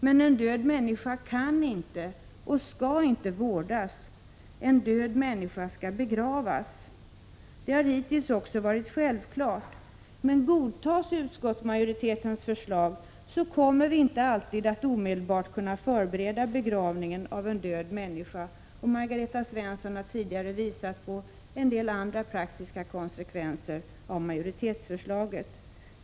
Men en död människa kan inte och skall inte vårdas, en död människa skall begravas. Detta har hittills också varit självklart, men godtas utskottsmajoritetens förslag, kommer vi inte alltid att omedelbart kunna förbereda begravningen av en död människa. Margareta Persson har tidigare visat på en del andra praktiska konsekvenser, om majoritetsförslaget antas.